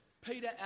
Peter